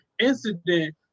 incident